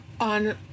on